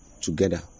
together